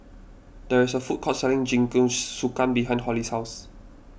there is a food court selling Jingisukan behind Hollie's house